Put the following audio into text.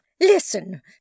listen